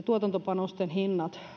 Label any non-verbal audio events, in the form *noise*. *unintelligible* tuotantopanosten hinnat